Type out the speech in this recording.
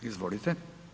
Izvolite.